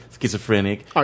schizophrenic